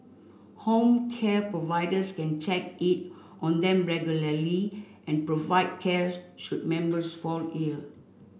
home care providers can check in on them regularly and provide cares should members fall ill